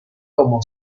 como